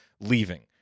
leaving